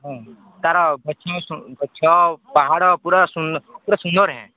ହଁ ତା'ର ଗଛ ସ ଗଛ ପାହାଡ଼ ପୁରା ସୁନ୍ଦ ପୁରା ସୁନ୍ଦର ହେଁ